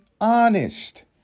honest